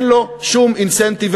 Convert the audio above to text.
אין לו שום אינסנטיב,